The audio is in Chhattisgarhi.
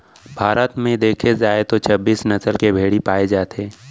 भारत म देखे जाए तो छब्बीस नसल के भेड़ी पाए जाथे